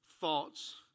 thoughts